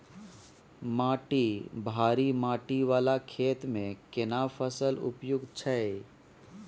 माटी भारी माटी वाला खेत में केना फसल उपयुक्त छैय?